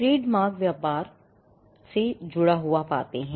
trademark व्यापार से जुड़ा होता है